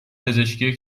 پزشکی